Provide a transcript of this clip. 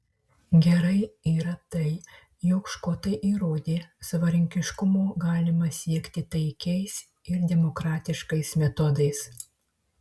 gerai yra tai jog škotai įrodė savarankiškumo galima siekti taikiais ir demokratiškais metodais